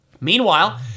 Meanwhile